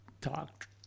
talk